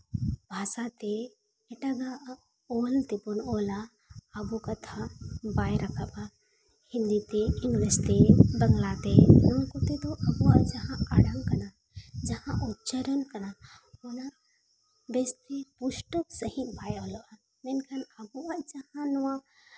ᱵᱷᱟᱥᱟᱛᱮ ᱮᱴᱟᱜᱟᱜ ᱚᱞ ᱛᱮᱵᱚᱱ ᱚᱞᱟ ᱟᱵᱚ ᱠᱟᱛᱷᱟ ᱵᱟᱭ ᱨᱟᱠᱟᱵᱟ ᱦᱤᱱᱫᱤᱛᱮ ᱮᱝᱞᱤᱥᱛᱮ ᱵᱟᱝᱞᱟᱛᱮ ᱱᱚᱣᱟ ᱠᱚᱛᱮ ᱫᱚ ᱟᱵᱚᱣᱟᱜ ᱡᱟᱦᱟᱸ ᱟᱲᱟᱝ ᱠᱟᱱᱟ ᱡᱟᱦᱟᱸ ᱩᱪᱪᱟᱨᱚᱱ ᱠᱟᱱᱟ ᱚᱱᱟ ᱵᱮᱥᱛᱮ ᱯᱩᱥᱴᱟᱹᱣ ᱥᱟᱹᱦᱤᱡ ᱵᱟᱭ ᱚᱞᱚᱜᱼᱟ ᱢᱮᱱᱠᱷᱟᱱ ᱟᱵᱚᱣᱟᱜ ᱡᱟᱦᱟᱸ ᱱᱚᱣᱟ